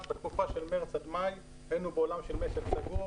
בתקופה של חודש מארס עד מאי היינו בעולם של משק סגור